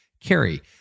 carry